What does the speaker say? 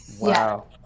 wow